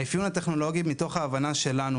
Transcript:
האפיון הטכנולוגי, מתוך ההבנה שלנו,